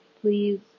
please